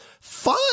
Fine